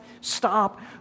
stop